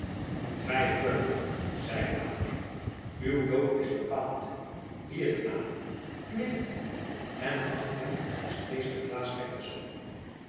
gij hoort het zeide adeelen uw dood is bepaald hier knapen knevelt hem en hangt hem naast meester claes